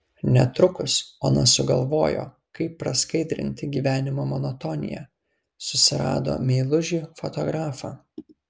netrukus ona sugalvojo kaip praskaidrinti gyvenimo monotoniją susirado meilužį fotografą